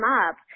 up